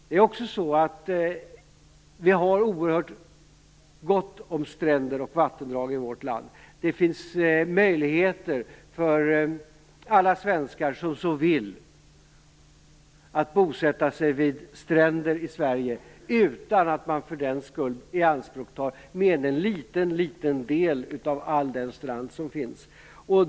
Det finns oerhört gott om stränder och vattendrag i vårt land. Det finns möjligheter för alla svenskar som så vill att bosätta sig vid stränder i Sverige utan att för den skull ianspråkta mer än en liten del av all den strand som finns.